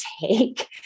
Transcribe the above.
take